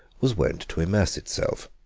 was wont to immerse itself.